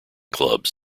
clubs